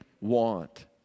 want